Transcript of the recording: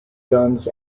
guns